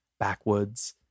backwoods